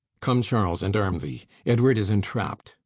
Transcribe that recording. come, charles, and arm thee edward is entrapped,